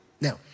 Now